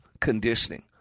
conditioning